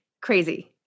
crazy